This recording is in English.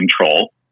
control